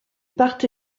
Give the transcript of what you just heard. part